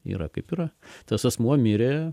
yra kaip yra tas asmuo mirė